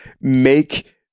make